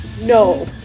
No